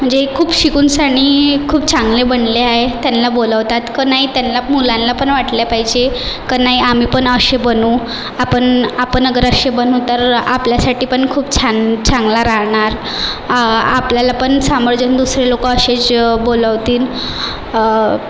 म्हणजे खूप शिकूनसानी खूप चांगले बनले आहे त्यांना बोलावतात क नाही त्यांना मुलांना पण वाटले पाहिजे क नाही आम्ही पण असे बनू आपण आपण अगर असे बनू तर आपल्यासाठी पण खूप छान चांगला राहणार आपल्याला पण सामोरजून दुसरे लोक असेच बोलावतील